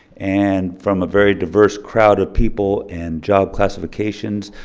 and from a very diverse crowd of people and job classifications,